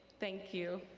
thank you.